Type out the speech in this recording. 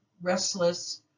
restless